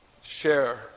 share